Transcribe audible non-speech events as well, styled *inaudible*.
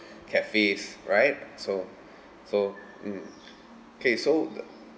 *breath* cafes right so so mm okay so